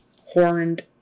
horned